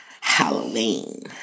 Halloween